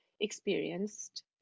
experienced